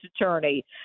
attorney